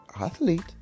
athlete